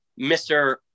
Mr